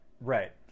Right